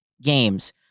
games